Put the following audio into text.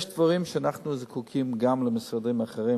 יש דברים שאנחנו זקוקים בהם גם למשרד אחרים,